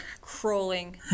crawling